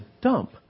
dump